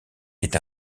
est